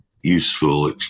useful